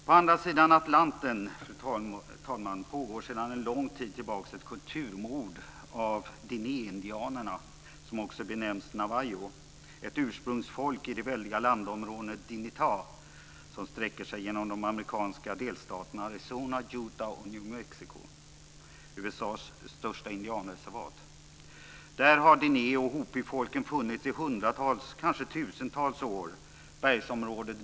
På andra sidan Atlanten pågår sedan en lång tid tillbaka ett kulturmord av dinehindianerna, som också benämns navajo, ett ursprungsfolk i det väldiga landområdet Dinetah, som sträcker sig genom de amerikanska delstaterna Arizona, Utah och New Mexico - USA:s största indianreservat. Där har dineh och hopifolken funnits i hundratals, kanske tusentals, år i bergsområdet.